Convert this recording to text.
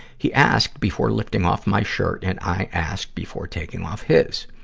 he asked before lifting off my shirt, and i asked before taking off his.